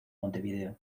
montevideo